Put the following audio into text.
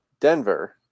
Denver